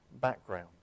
background